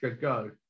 Go